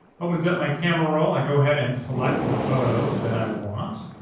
opens up my camera roll. i go ahead and select the photos that i want.